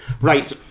Right